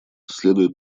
следует